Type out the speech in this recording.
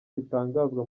bitangazwa